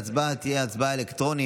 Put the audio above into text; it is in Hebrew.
ההצבעה תהיה אלקטרונית.